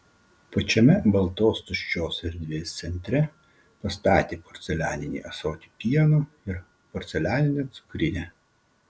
pačiame baltos tuščios erdvės centre pastatė porcelianinį ąsotį pieno ir porcelianinę cukrinę